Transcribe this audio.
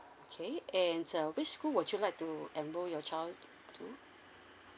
okay and uh which school would you like to enroll your child to